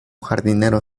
jardinero